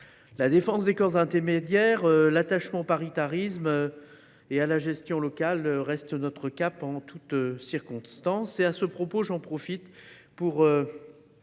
La défense des corps intermédiaires, l’attachement au paritarisme et à la gestion locale restent notre cap en toutes circonstances. À ce propos, nous voulons